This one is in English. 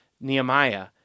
Nehemiah